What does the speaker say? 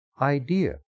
idea